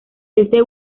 este